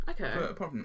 okay